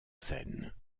seine